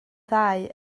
ddau